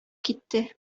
китте